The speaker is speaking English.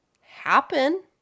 happen